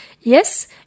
yes